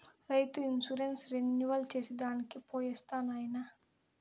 రైతు insurance renewal చేసి దానికి పోయొస్తా నాయనా